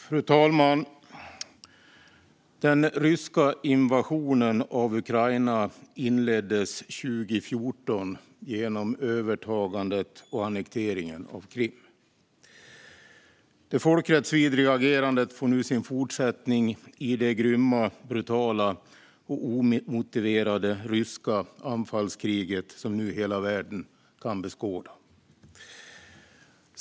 Fru talman! Den ryska invasionen av Ukraina inleddes 2014 genom övertagandet och annekteringen av Krim. Detta folkrättsvidriga agerande får nu sin fortsättning i det grymma, brutala och omotiverade ryska anfallskrig som hela världen kan beskåda.